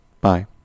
Bye